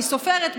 מי סופרת.